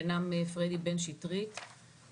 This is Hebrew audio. גנ"מ מפרדי בן שטרית,